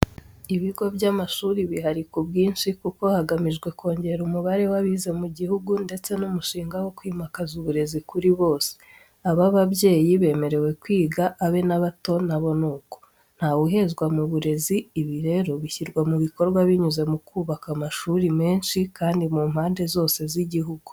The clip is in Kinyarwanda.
Ibigo by'amashuri bihari ku bwinshi kuko hagamijwe kongera umubare w'abize mu gihugu ndetse n'umushinga wo kwimakaza uburezi kuri bose, abe ababyeyi bemerewe kwiga, abe n'abato na bo ni uko, ntawuhezwa mu burezi. Ibi rero bishyirwa mu bikorwa binyuze mu kubaka amashuri menshi kandi mu mpande zose z'igihugu.